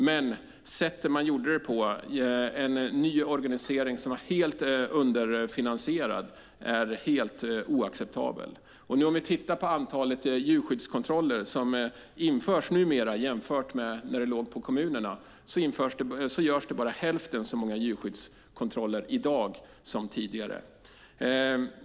Men sättet man gjorde detta på - det var en ny organisation som var underfinansierad - var helt oacceptabelt. Vi kan titta på antalet djurskyddskontroller som görs nu jämfört med när det låg på kommunerna. Det görs bara hälften så många djurskyddskontroller i dag som tidigare.